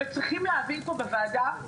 וצריכים להבין פה בוועדה,